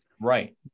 right